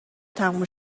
تموم